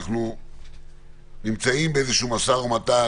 אנחנו נמצאים באיזשהו משא ומתן,